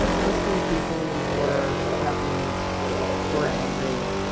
ah mostly people were threatened or angry.